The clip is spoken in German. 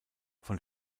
von